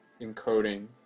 encoding